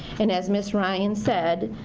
and as ms. ryan said,